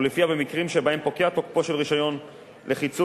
ולפיה במקרים שבהם פוקע תוקפו של הרשיון לחיצוב